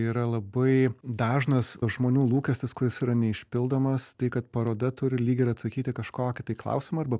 yra labai dažnas žmonių lūkestis kuris yra neišpildomas tai kad paroda turi lyg ir atsakyti į kažkokį tai klausimą arba